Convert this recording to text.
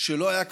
שלא היה כמותו.